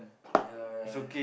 ya ya ya